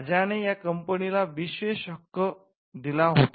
राजाने या कंपनीला विशष हक्क दिला होता